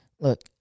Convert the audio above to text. Look